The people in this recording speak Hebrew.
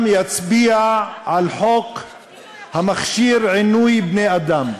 יצביע על חוק המכשיר עינוי בני-אדם?